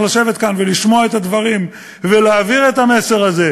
לשבת כאן ולשמוע את הדברים ולהעביר את המסר הזה